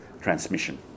transmission